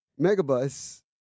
Megabus